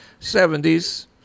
70s